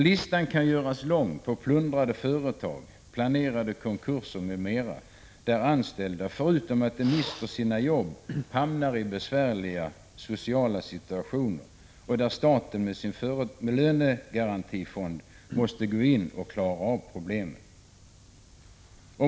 Listan kan göras lång på plundrade företag, planerade konkurser m.m., där anställda förutom att de mister sina arbeten hamnar i besvärliga sociala situationer, varvid staten med sin lönegarantifond måste gå in och klara av problemen.